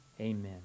Amen